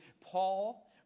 Paul